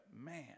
man